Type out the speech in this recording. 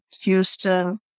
Houston